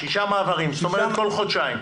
שישה מעברים זאת אומרת, כל חודשיים.